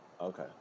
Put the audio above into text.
Okay